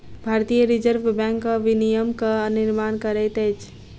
भारतीय reserve bank बैंकक विनियमक निर्माण करैत अछि